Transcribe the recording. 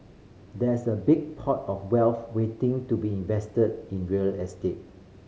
there's a big pot of wealth waiting to be invested in real estate